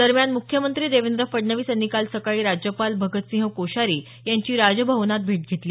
दरम्यान मुख्यमंत्री देवेंद्र फडणवीस यांनी काल सकाळी राज्यपाल भगतसिंह कोश्यारी यांची राजभवनात भेट घेतली